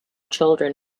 children